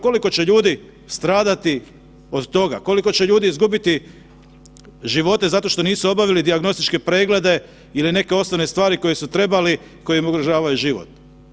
Koliko će ljudi stradati od toga, koliko će ljudi izgubiti živote zato što nisu obavili dijagnostičke preglede ili neke osnovne stvari koje su trebali koji im ugrožavaju život.